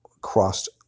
crossed